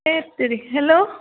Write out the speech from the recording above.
এইত তেৰি হেল্ল'